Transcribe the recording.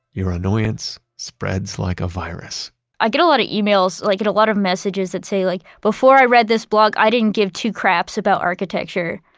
your annoyance spreads like a virus i get a lot of emails, i like get a lot of messages that say, like before i read this blog, i didn't give two craps about architecture.